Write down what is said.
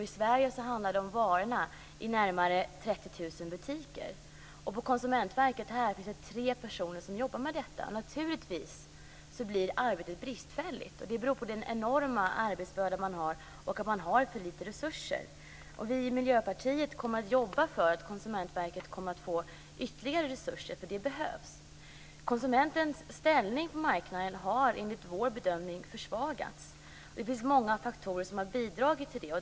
I Sverige handlar det om varor i närmare 30 000 butiker. På Konsumentverket finns det tre personer som jobbar med detta. Naturligtvis blir arbetet bristfälligt. Det beror på den enorma arbetsbördan och på att man har för små resurser. Vi i Miljöpartiet kommer att jobba för att Konsumentverket skall få ytterligare resurser. Det behövs. Konsumentens ställning på marknaden har enligt vår bedömning försvagats. Det finns många faktorer som har bidragit till det.